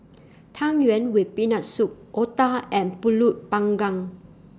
Tang Yuen with Peanut Soup Otah and Pulut Panggang